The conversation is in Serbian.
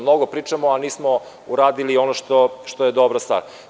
Mnogo pričamo, a nismo uradili ono što je dobra stvar.